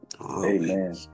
Amen